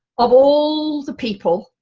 of all the people,